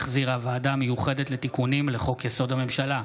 שהחזירה הוועדה המיוחדת לתיקונים לחוק-יסוד: הממשלה.